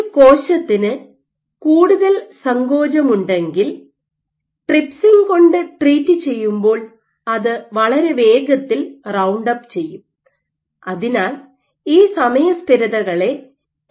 ഒരു കോശത്തിന് കൂടുതൽ സങ്കോചമുണ്ടെങ്കിൽ ട്രിപ്സിൻ കൊണ്ട് ട്രീറ്റ് ചെയ്യുമ്പോൾ അത് വളരെ വേഗത്തിൽ റൌണ്ട് അപ്പ് ചെയ്യും അതിനാൽ ഈ സമയ സ്ഥിരതകളെ എ